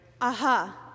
Aha